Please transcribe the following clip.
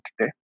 today